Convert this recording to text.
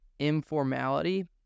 informality